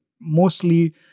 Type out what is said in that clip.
mostly